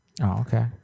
okay